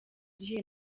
gihe